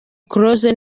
close